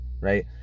right